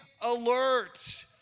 alert